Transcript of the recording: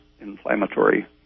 inflammatory